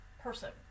person